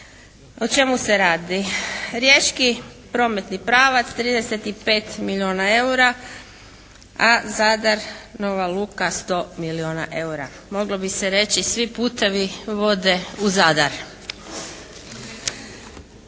O čemu se radi? Riječki prometni pravac 35 milijuna eura a Zadar nova luka 100 milijuna eura. Moglo bi se reći "Svi putevi vode u Zadar.".